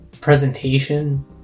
presentation